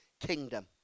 kingdom